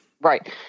Right